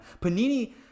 Panini